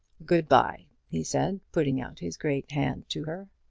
good-bye, he said, putting out his great hand to her.